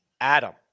Adam